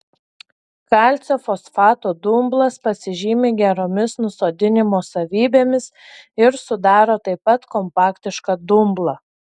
kalcio fosfato dumblas pasižymi geromis nusodinimo savybėmis ir sudaro taip pat kompaktišką dumblą